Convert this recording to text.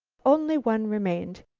only one remained.